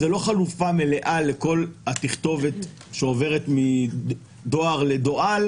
וזו לא חלופה מלאה לכל התכתובת שעוברת מדואר לדוא"ל